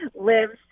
lives